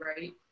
right